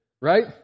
right